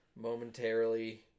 Momentarily